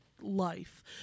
life